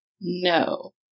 No